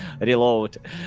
reload